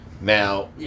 Now